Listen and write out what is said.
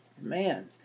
man